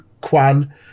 Kwan